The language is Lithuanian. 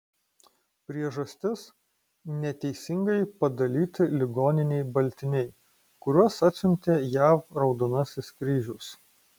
priežastis neteisingai padalyti ligoninei baltiniai kuriuos atsiuntė jav raudonasis kryžius